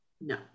no